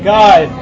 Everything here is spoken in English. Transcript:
god